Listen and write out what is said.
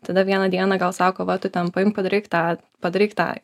tada vieną dieną gal sako va tu ten paimk padaryk tą padaryk tą